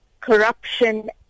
corruption